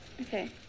Okay